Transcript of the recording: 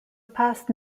past